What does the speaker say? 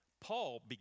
Paul